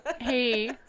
Hey